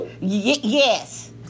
Yes